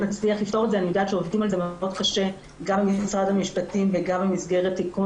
אני יודעת שעובדים על זה מאוד קשה גם משרד המשפטים וגם במסגרת תיקון